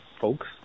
folks